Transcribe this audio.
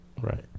Right